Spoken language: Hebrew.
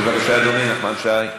בבקשה, אדוני, נחמן שי.